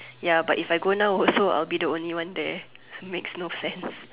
ya but if I go now also I'll be the only one there makes no sense